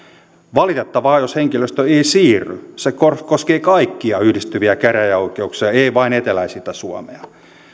valitettavaa jos henkilöstö ei siirry se koskee kaikkia yhdistyviä käräjäoikeuksia ei vain eteläisintä suomea